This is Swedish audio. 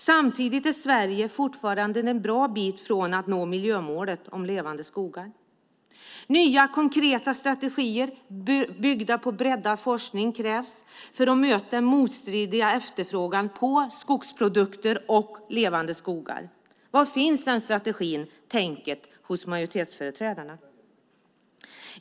Samtidigt är Sverige fortfarande en bra bit från att nå miljömålet om levande skogar. Nya konkreta strategier, byggda på breddad forskning, krävs för att möta den motstridiga efterfrågan på skogsprodukter och levande skogar. Var finns den strategin, det tänket hos majoritetsföreträdarna?